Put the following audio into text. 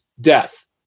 death